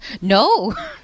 no